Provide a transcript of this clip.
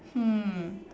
hmm